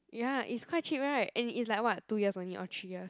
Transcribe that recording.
ya it's quite cheap [right] and is like what two years only or three years